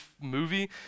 movie